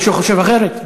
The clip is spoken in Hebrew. מישהו חושב אחרת?